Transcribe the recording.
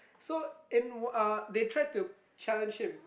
so in uh they tried to challenge him